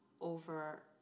over